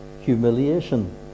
humiliation